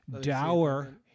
Dower